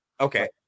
Okay